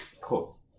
cool